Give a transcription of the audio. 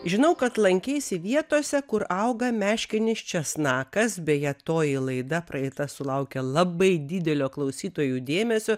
žinau kad lankeisi vietose kur auga meškinis česnakas beje toji laida praeita sulaukė labai didelio klausytojų dėmesio